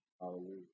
Hallelujah